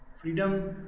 freedom